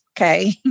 Okay